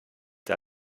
der